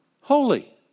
holy